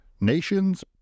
Nations